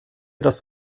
das